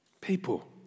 People